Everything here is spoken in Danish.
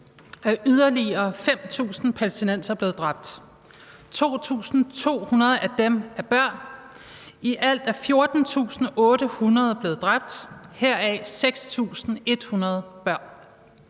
er yderligere 5.000 palæstinensere blevet dræbt. 2.200 af dem er børn. I alt er 14.800 blevet dræbt, heraf 6.100 børn.